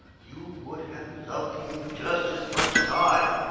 you would have loved him just as much as i.